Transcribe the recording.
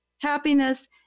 happiness